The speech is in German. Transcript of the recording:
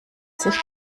sich